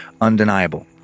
undeniable